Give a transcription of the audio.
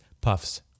Puffs